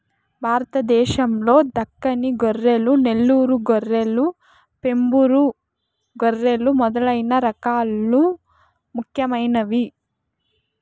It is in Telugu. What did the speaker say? భారతదేశం లో దక్కని గొర్రెలు, నెల్లూరు గొర్రెలు, వెంబూరు గొర్రెలు మొదలైన రకాలు ముఖ్యమైనవి